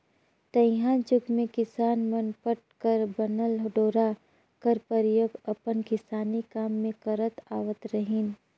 तइहा जुग मे किसान मन पट कर बनल डोरा कर परियोग अपन किसानी काम मे करत आवत रहिन